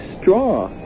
straw